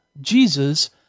Jesus